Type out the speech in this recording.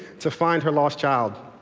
to find her lost child.